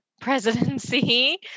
presidency